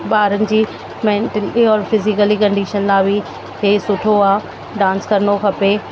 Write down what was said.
ॿारनि जी मेंटली और फिज़ीकली कंडीशन लाइ बि हे सुठो आहे डांस करिणो खपे